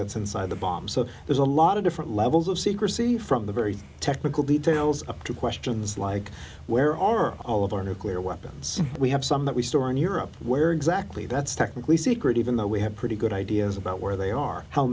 that's inside the bomb so there's a lot of different levels of secrecy from the very technical details up to questions like where are all of our nuclear weapons we have some that we store in europe where exactly that's technically secret even though we have pretty good ideas about where they are how